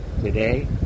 today